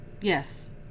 Yes